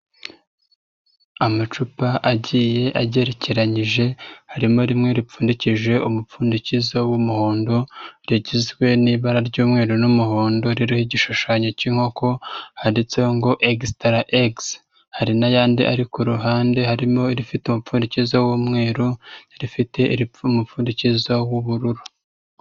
Amacupa agiye agerekeranyije, harimo rimwe ripfundikishije umupfundikizo w'umuhondo, rigizwe n'ibara ry'umweru n'umuhondo ririho igishushanyo cy'inkoko handitseho ngo extra x. Hari n'ayandi ari ku ruhande harimo irifite umupfundikizo w'umweru n'irifite umupfundikizo w'ubururu.